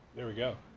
there we go.